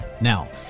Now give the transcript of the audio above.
Now